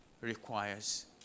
requires